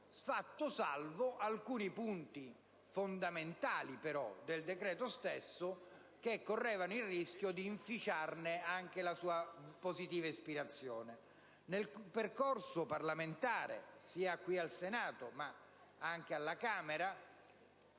tranne per alcuni punti fondamentali del decreto che correvano il rischio di inficiarne la positiva ispirazione. Nel percorso parlamentare, sia qui al Senato sia alla Camera,